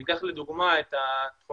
אם ניקח לדוגמה את התחומים